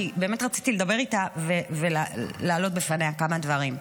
כי באמת רציתי לדבר איתה ולהעלות בפניה כמה דברים.